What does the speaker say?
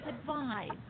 advised